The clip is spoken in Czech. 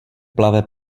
plave